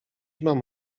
mam